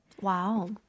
Wow